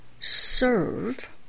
serve